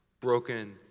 broken